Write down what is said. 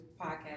podcast